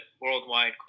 worldwide